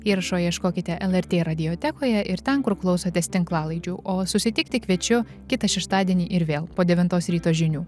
įrašo ieškokite lrt radijotekoje ir ten kur klausotės tinklalaidžių o susitikti kviečiu kitą šeštadienį ir vėl po devintos ryto žinių